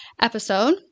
episode